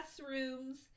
classrooms